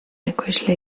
ekoizle